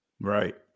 Right